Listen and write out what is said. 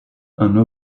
hanno